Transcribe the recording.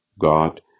God